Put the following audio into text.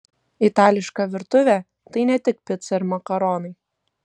itališka virtuvė tai ne tik pica ir makaronai